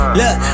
look